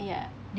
ya